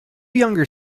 younger